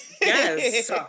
Yes